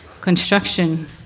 construction